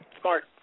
Smart